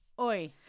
Oi